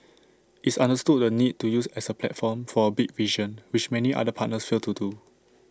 it's understood the need to use as A platform for A big vision which many other partners fail to do